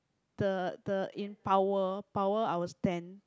the the in power power I was ten